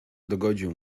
dogodził